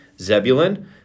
Zebulun